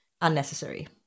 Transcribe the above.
unnecessary